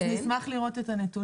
נשמח לראות את הנתונים.